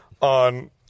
on